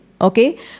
Okay